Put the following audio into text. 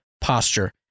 posture